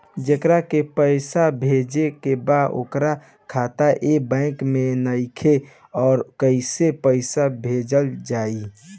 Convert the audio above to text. जेकरा के पैसा भेजे के बा ओकर खाता ए बैंक मे नईखे और कैसे पैसा भेजल जायी?